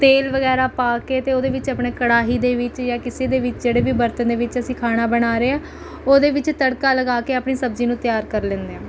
ਤੇਲ ਵਗੈਰਾ ਪਾ ਕੇ ਅਤੇ ਉਹਦੇ ਵਿੱਚ ਆਪਣੇ ਕੜਾਹੀ ਦੇ ਵਿੱਚ ਜਾਂ ਕਿਸੇ ਦੇ ਵਿੱਚ ਜਿਹੜੇ ਵੀ ਬਰਤਨ ਦੇ ਵਿੱਚ ਅਸੀਂ ਖਾਣਾ ਬਣਾ ਰਹੇ ਹਾਂ ਉਹਦੇ ਵਿੱਚ ਤੜਕਾ ਲਗਾ ਕੇ ਆਪਣੀ ਸਬਜ਼ੀ ਨੂੰ ਤਿਆਰ ਕਰ ਲੈਂਦੇ ਹਾਂ